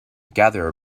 gather